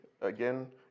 again